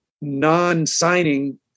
non-signing